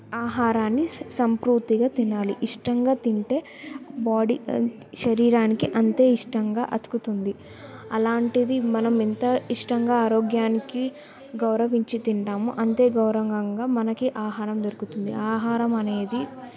ఆహారాన్ని సంపూర్తిగా తినాలి ఇష్టంగా తింటే బాడీ శరీరానికి అంతే ఇష్టంగా అతుకుతుంది అలాంటిది మనం ఎంత ఇష్టంగా ఆరోగ్యానికి గౌరవించి తింటామో అంతే గౌరవంగా మనకి ఆహారం దొరుకుతుంది ఆహారం అనేది